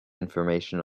information